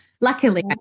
Luckily